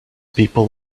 people